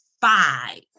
five